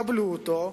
קבלו אותו,